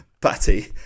patty